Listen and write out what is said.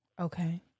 Okay